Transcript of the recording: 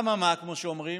אממה, כמו שאומרים,